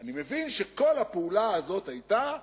אני מבין שכל הפעולה הזאת היתה,